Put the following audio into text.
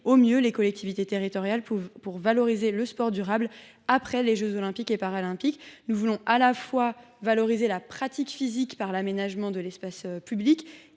mieux les collectivités territoriales dans la valorisation du sport durable après les jeux Olympiques et Paralympiques. Nous voulons valoriser la pratique physique, par l’aménagement de l’espace public,